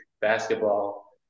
basketball